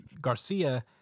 Garcia